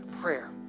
prayer